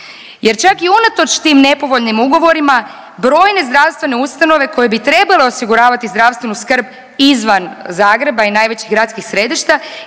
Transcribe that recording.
jer čak i unatoč tim nepovoljnim ugovorima brojne zdravstvene ustanove koje bi trebale osiguravati zdravstvenu skrb izvan Zagreba i najvećih gradskih središta